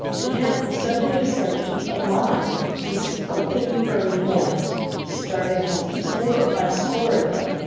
the camp was suddenly discovered to be alive with skulking furry forms starving huskies, four or five score of them,